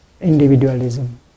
individualism